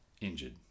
Injured